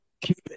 keep